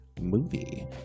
movie